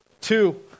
Two